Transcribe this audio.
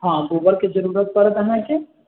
हँ गोबर के जरूरत परत अहाँके